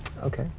okay,